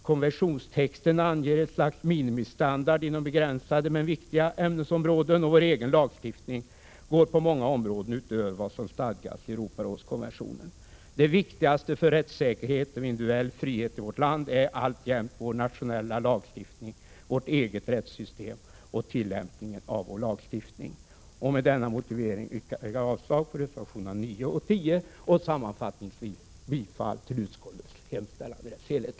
Konventionstexten anger ett slags minimistandard inom begränsade men viktiga ämnesområden. Vår egen lagstiftning går på många områden utöver vad som stadgas i Europarådskonventionen. Det viktigaste för rättssäkerhet och individuell frihet i vårt land är alltjämt vår nationella lagstiftning, vårt eget rättssystem och tillämpningen av vår lagstiftning. Med denna motivering yrkar jag avslag på reservationerna 9 och 10. Sammanfattningsvis yrkar jag bifall till utskottets hemställan i dess helhet.